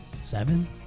Seven